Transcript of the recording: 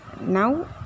Now